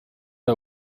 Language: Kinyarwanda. aya